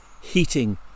heating